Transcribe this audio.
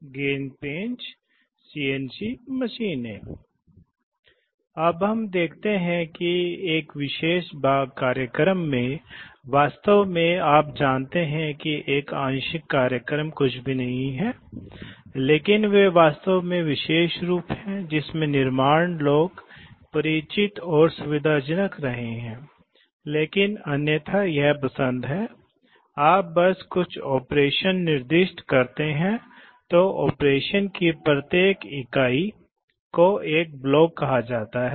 हमने विभिन्न प्रकार के वाल्व देखे हैं और हमने देखा है कि वे कैसे कार्य करते हैं हमने यह भी देखा है कि आप उन्हें जानते हैं कि उन्हें परिष्कृत एक्टुएशन के लिए इंटरफ़ेस किया जा सकता है विशेष रूप से निरंतर चाल के लिए उन्हें माइक्रोप्रोसेसर जैसी चीजों से भी चलाया जा सकता है अब जबकि माइक्रोप्रोसेसर लॉजिक प्रदान कर सकते हैं कभी कभी आप जानते हैं कि सरल लॉजिक न्यूमेटिक्स तत्वों द्वारा भी प्रदान किया जा सकता है